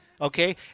Okay